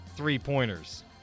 three-pointers